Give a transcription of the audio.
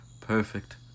perfect